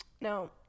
no